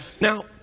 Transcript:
now